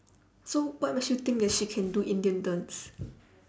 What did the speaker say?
so what makes you think that she can do indian dance